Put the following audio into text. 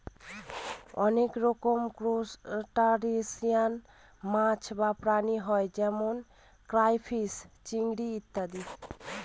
অনেক রকমের ত্রুসটাসিয়ান মাছ বা প্রাণী হয় যেমন ক্রাইফিষ, চিংড়ি ইত্যাদি